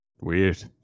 weird